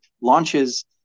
launches